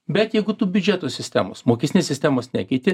bet jeigu tu biudžeto sistemos mokestinės sistemos nekeiti